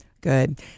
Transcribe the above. Good